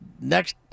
next